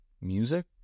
Music